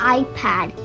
iPad